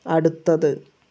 അടുത്തത്